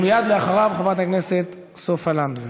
ומייד אחריו, חברת הכנסת סופה לנדבר.